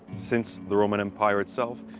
since the roman empire itself,